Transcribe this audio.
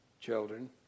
children